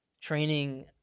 Training –